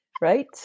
right